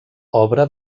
obra